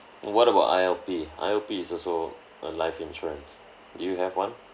what about I_L_P I_L_P is also a life insurance do you have one